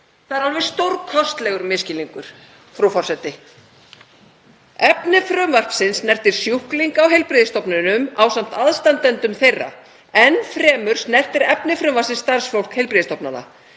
Það er alveg stórkostlegur misskilningur, frú forseti. „Efni frumvarpsins snertir sjúklinga á heilbrigðisstofnunum ásamt aðstandendum þeirra. Enn fremur snertir efni frumvarpsins starfsfólk heilbrigðisstofnana.